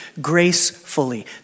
gracefully